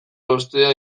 ostea